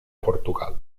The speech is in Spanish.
portugal